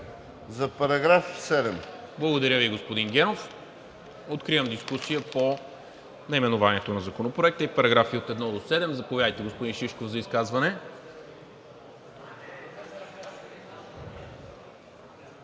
НИКОЛА МИНЧЕВ: Благодаря Ви, господин Генов. Откривам дискусията по наименованието на Законопроекта и параграфи от 1 до 7. Заповядайте, господин Шишков, за изказване.